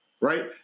right